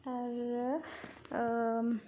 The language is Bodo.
आरो